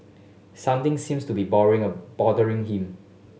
something seems to be boring a bothering him